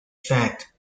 fact